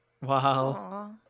Wow